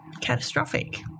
catastrophic